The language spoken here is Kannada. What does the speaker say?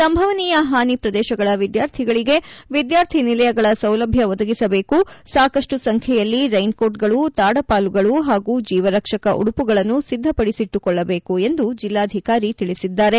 ಸಂಭವಿನೀಯ ಹಾನಿ ಪ್ರದೇಶಗಳ ವಿದ್ಯಾರ್ಥಿಗಳಿಗೆ ವಿದ್ಯಾರ್ಥಿನಿಲಯಗಳ ಸೌಲಭ್ಯ ಒದಗಿಸಬೇಕು ಸಾಕಷ್ಟು ಸಂಖ್ಯೆಯಲ್ಲಿ ರೈನ್ ಕೋಟ್ಗಳು ತಾಡಪಾಲುಗಳು ಹಾಗೂ ಜೀವರಕ್ಷಕ ಉಡುಪುಗಳನ್ನು ಸಿದ್ದಪಡಿಸಿಟ್ಟುಕೊಳ್ಳಬೇಕು ಎಂದು ಜಿಲ್ವಾಧಿಕಾರಿ ತಿಳಿಸಿದ್ದಾರೆ